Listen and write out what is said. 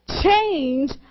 Change